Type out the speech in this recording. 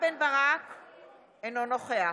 תהיה עכשיו,